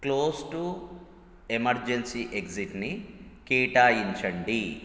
close to emergency ఎగ్జిట్ని కేటాయించండి